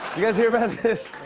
you guys hear about this?